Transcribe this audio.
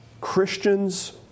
Christians